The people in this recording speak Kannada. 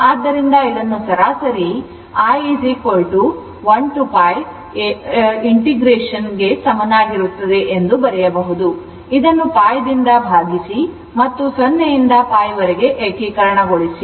ಆದ್ದರಿಂದ ಇದನ್ನು ಸರಾಸರಿ I 1 ರಿಂದ π ವರೆಗಿನ ಏಕೀಕರಣಕ್ಕೆ ಸಮನಾಗಿರುತ್ತದೆ ಎಂದು ಬರೆಯಬಹುದು ಇದನ್ನು π ರಿಂದ ಭಾಗಿಸಿ ಮತ್ತು 0 ಯಿಂದ π ವರೆಗೆ ಏಕೀಕರಣಗೊಳಿಸಿ